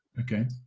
okay